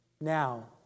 now